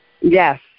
Yes